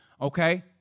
okay